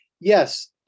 Yes